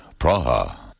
Praha